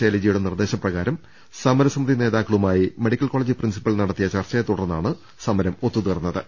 ശൈലജയുടെ നിർദ്ദേശപ്രകാരം സമരസമിതി നേതാക്കളുമായി മെഡിക്കൽ കോളേജ് പ്രിൻസി പ്പൽ നടത്തിയ ചർച്ചയെത്തുടർന്നാണ് സമരം ഒത്തുതീർന്ന ത്